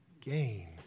gain